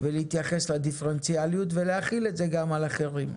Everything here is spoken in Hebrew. ולהתייחס לדיפרנציאליות ולהחיל את זה גם על אחרים.